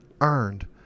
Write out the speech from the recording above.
earned